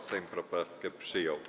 Sejm poprawkę przyjął.